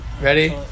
Ready